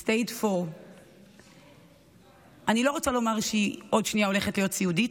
stage 4. אני לא רוצה לומר שהיא עוד שנייה הולכת להיות סיעודית,